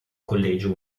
collegio